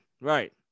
right